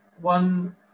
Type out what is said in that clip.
one